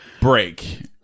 break